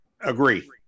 Agree